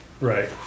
Right